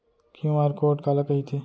QR code काला कहिथे?